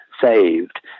saved